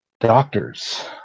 doctors